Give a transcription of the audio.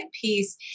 piece